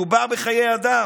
מדובר בחיי אדם,